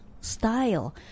style